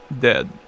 dead